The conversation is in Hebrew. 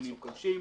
מינים פולשים.